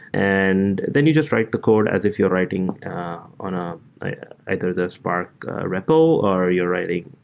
and then you just write the code as if you're writing on ah either the spark repl or you're writing